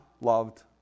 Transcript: loved